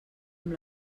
amb